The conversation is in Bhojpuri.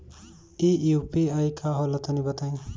इ यू.पी.आई का होला तनि बताईं?